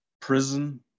Prison